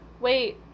wait